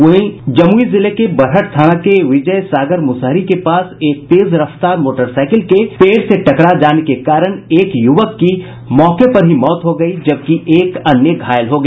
वहीं जमुई जिले के बरहट थाना के विजय सागर मुसहरी के पास एक तेज रफ्तार मोटरसाईकिल के पेड़ से टकरा जाने के कारण एक युवक की मौके पर ही मौत हो गयी जबकि एक अन्य घायल हो गया